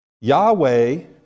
Yahweh